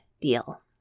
deal